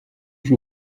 się